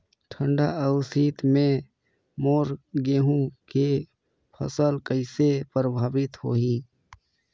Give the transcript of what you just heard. ठंडा अउ शीत मे मोर गहूं के फसल कइसे प्रभावित होही?